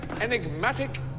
enigmatic